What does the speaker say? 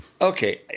Okay